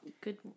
good